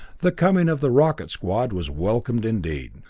the coming of the rocket squad was welcome indeed!